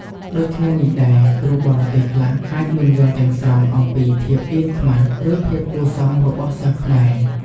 ដូចគ្នានេះដែរ គ្រូបរទេសខ្លះអាចមិនយល់ទាំងស្រុងអំពីភាពអៀនខ្មាស ឬភាពគួរសមរបស់សិស្សខ្មែរ។